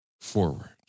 forward